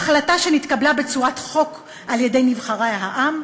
החלטה שנתקבלה בצורת חוק על-ידי נבחרי העם?